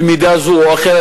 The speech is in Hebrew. במידה זו או אחרת,